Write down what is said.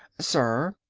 sir,